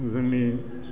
जोंनि